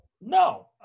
No